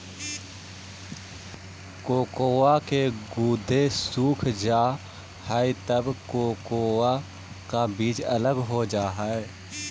cocoa के गुदे सूख जा हई तब कोकोआ का बीज अलग हो जा हई